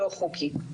לא חוקי.